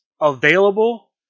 available